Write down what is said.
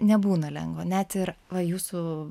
nebūna lengvo net ir va jūsų